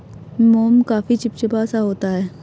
मोम काफी चिपचिपा सा होता है